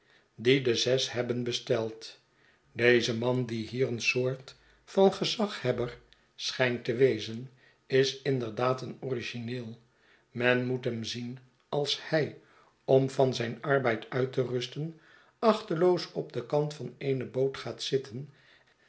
die de zes hebben besteld deze man die hier eensoortvan gezaghebber schijnt te wezen is inderdaad een origineel men moet hem zien als hij om van zijn arbeid uit te rusten achteloos op den kant van eene boot gaat zitten